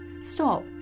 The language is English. Stop